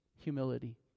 humility